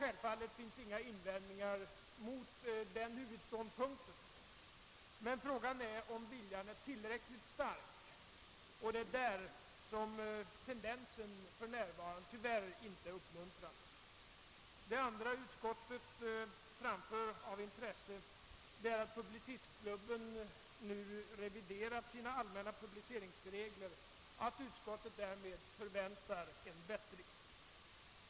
Självfallet finns inga invändningar mot den huvudståndpunkten, men frågan är om viljan är tillräckligt stark. Det är där som tendensen för närvarande tyvärr inte är uppmuntrande. Det andra som utskottet framför av intresse är att Publicistklubben nu reviderat sina allmänna publiceringsregler och att utskottet därför förväntar en bättring.